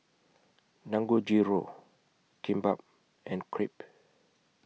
Dangojiru Kimbap and Crepe